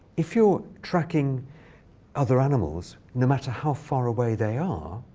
if you're tracking other animals, no matter how far away they are,